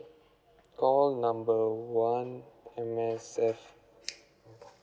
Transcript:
call number one M_S_F